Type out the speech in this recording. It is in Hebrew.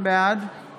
בעד